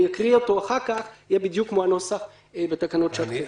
אני אקריא אותו אחר כך יהיה בדיוק כמו הנוסח בתקנות שעת חירום.